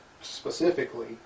specifically